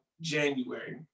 January